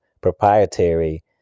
proprietary